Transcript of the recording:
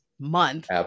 month